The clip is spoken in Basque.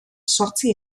zortzi